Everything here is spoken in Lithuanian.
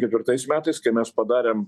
ketvirtais metais kai mes padarėm